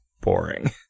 boring